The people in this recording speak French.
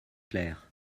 clair